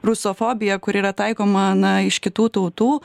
rusofobija kuri yra taikoma na iš kitų tautų